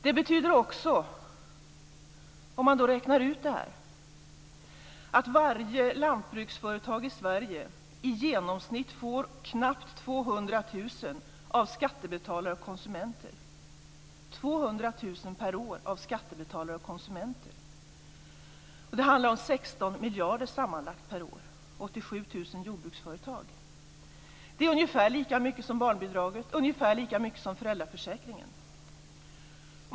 Det betyder också, om man räknar på detta, att varje lantbruksföretag i Sverige i genomsnitt får knappt Sammanlagt handlar det om 16 miljarder per år och om 87 000 jordbruksföretag. Det är ungefär lika mycket som barnbidraget och ungefär lika mycket som föräldraförsäkringen.